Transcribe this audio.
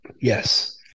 Yes